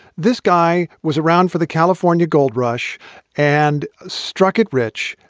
this guy was around for the california gold rush and struck it rich.